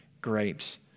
grapes